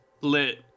Lit